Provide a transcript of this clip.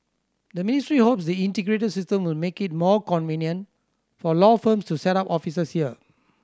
the ministry hopes the integrated system will make it more convenient for law firms to set up offices here